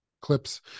clips